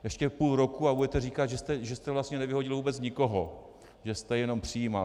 Ještě půl roku a budete říkat, že jste vlastně nevyhodil vůbec nikoho, že jste jenom přijímal.